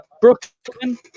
Brooklyn